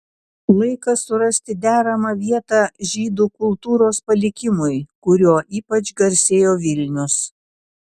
laikas surasti deramą vietą žydų kultūros palikimui kuriuo ypač garsėjo vilnius